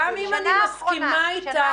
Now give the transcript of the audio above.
גם אם אני מסכימה אתך,